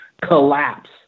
collapse